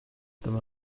dyma